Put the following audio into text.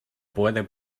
puede